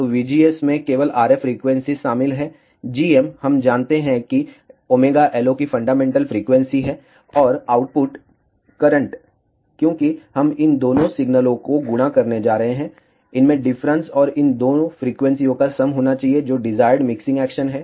तो Vgs में केवल RF फ्रीक्वेंसी शामिल है gm हम जानते हैं कि ωLO की फंडामेंटल फ्रीक्वेंसी हैऔर आउटपुट करंट क्योंकि हम इन दोनों सिग्नलों को गुणा कर रहे हैं इनमें डिफरेंस और इन दो फ्रीक्वेंसीयों का सम होना चाहिए जो डिजायर्ड मिक्सिंग एक्शन है